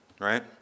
right